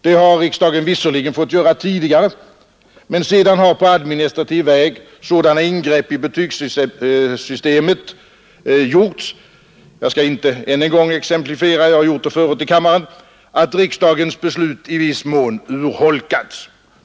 Det har riksdagen visserligen fått göra tidigare, men sedan har på administrativ väg sådana ingrepp i betygssystemet gjorts — jag skall inte en än gång exemplifiera; jag har gjort det förut i kammaren — att riksdagens beslut i viss mån urholkats.